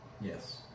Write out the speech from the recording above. Yes